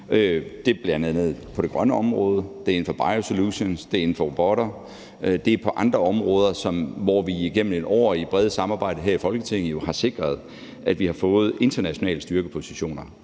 Det er bl.a. på det grønne område, det er inden for biosolutions, det er inden for robotområdet, og det er på andre områder, hvor vi igennem et år gennem det brede samarbejde her i Folketinget har sikret, at vi har fået internationale styrkepositioner.